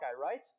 right